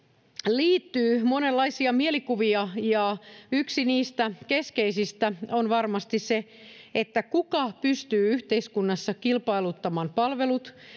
liittyy monenlaisia mielikuvia ja yksi niistä keskeisistä on varmasti se kuka pystyy yhteiskunnassa kilpailuttamaan palvelut